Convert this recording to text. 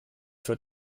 für